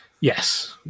Yes